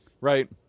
Right